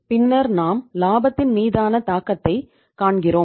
பின்னர் நாம் லாபத்தின் மீதான தாக்கத்தைக் காண்கிறோம்